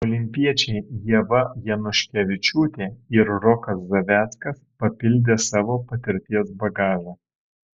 olimpiečiai ieva januškevičiūtė ir rokas zaveckas papildė savo patirties bagažą